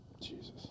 Jesus